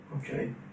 okay